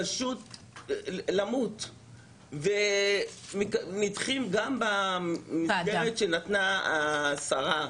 פשוט למות, והם נדחים גם במסגרת שנתנה השרה,